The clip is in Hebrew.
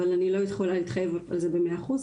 אבל אני לא יכולה להתחייב על זה ב-100%.